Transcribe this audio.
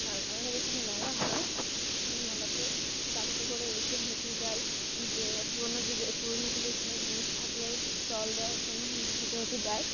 আর আমাদের এখানে মেলা হয় মেলাতে গাড়িতে করে এসে হেঁকে যায় যে পুরোনো যুগে পুরোনো যুগের কোনো জিনিস থাকলে স্টল দেওয়ার জন্য হেঁকে হঁকে যায়